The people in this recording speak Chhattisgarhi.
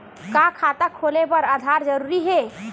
का खाता खोले बर आधार जरूरी हे?